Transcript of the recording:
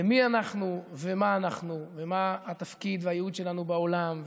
למי שאנחנו ומה שאנחנו ומה התפקיד והייעוד שלנו בעולם,